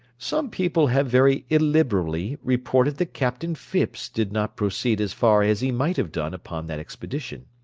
some people have very illiberally reported that captain phipps did not proceed as far as he might have done upon that expedition.